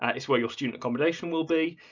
it's where your student accommodation will be,